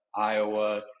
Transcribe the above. Iowa